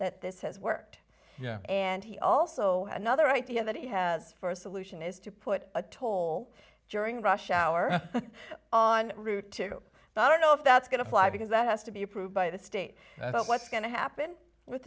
that this has worked yeah and he also another idea that he has for a solution is to put a toll during rush hour on route two but i don't know if that's going to fly because that has to be approved by the state that's what's going to happen with